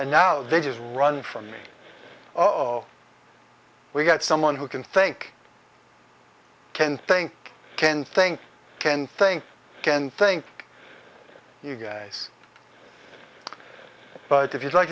and now they just run from me oh we got someone who can thank ken thank ken thank can thank ken thank you guys but if you'd like